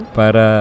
para